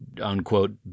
unquote